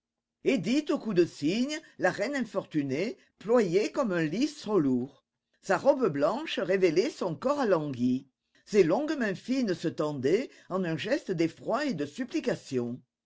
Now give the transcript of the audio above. édith au cou de cygne la reine infortunée ployait comme un lys trop lourd sa robe blanche révélait son corps alangui ses longues mains fines se tendaient en un geste d'effroi et de supplication